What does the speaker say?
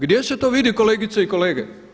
Gdje se to vidi kolegice i kolege?